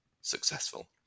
successful